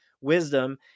wisdom